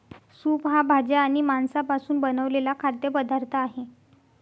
soup हा भाज्या आणि मांसापासून बनवलेला खाद्य पदार्थ आहे